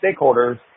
stakeholders